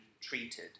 treated